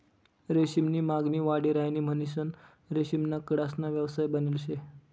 रेशीम नी मागणी वाढी राहिनी म्हणीसन रेशीमना किडासना व्यवसाय बनेल शे